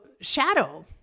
shadow